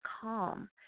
calm